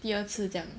第二次这样